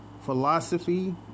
philosophy